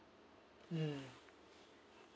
mm